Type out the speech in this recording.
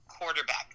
quarterback